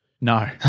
No